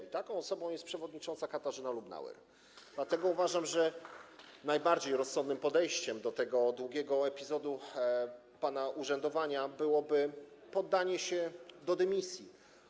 I taką osobą jest przewodnicząca Katarzyna Lubnauer, dlatego uważam, że najbardziej rozsądnym podejściem do tego długiego epizodu pana urzędowania byłoby podanie się do dymisji.